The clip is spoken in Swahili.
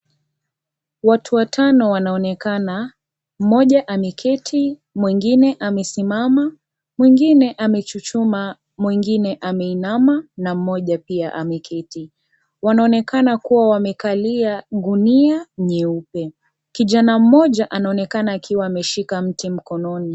Watu watano wanaonekana. Mmoja ameketi, mwingine amesimama, mwingine amechuchuma, mwingine ameinama na mmoja pia ameketi. Wanaonekana kuwa wamekalia gunia nyeupe. Kijana mmoja anaonekana akiwa ameshika mti mkononi.